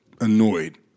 annoyed